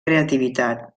creativitat